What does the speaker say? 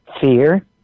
fear